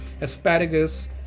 asparagus